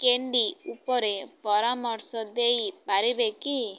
candy ଉପରେ ପରାମର୍ଶ ଦେଇପାରିବେ କି